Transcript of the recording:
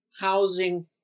housing